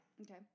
Okay